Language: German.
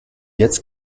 jetzt